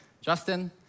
Justin